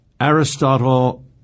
Aristotle